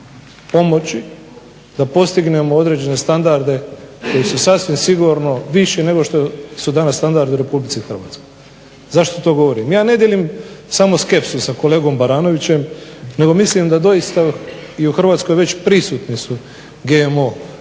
da postignemo određene standarde koji su sasvim sigurno viši nego što su danas standardi u Republici Hrvatskoj. Zašto to govorim? Ja ne dijelim samo skepsu sa kolegom Baranovićem nego mislim da doista i u Hrvatskoj već prisutni su GMO